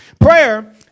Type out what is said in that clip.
Prayer